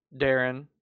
Darren